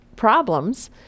problems